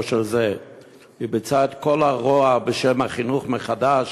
של זה"; היא ביצעה את כל הרוע בשם החינוך מחדש